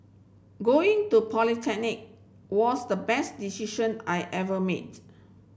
going to polytechnic was the best decision I ever made